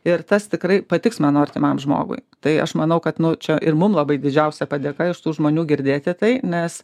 ir tas tikrai patiks mano artimam žmogui tai aš manau kad čia ir mums labai didžiausia padėka iš tų žmonių girdėti tai nes